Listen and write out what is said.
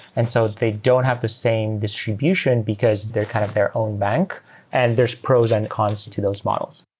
and so they don't have the same distribution because they're kind of their own bank and there're pros and cons to to those models.